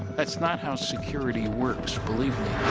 that's not how security works, believe me.